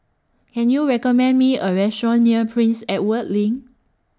Can YOU recommend Me A Restaurant near Prince Edward LINK